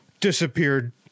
disappeared